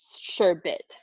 sherbet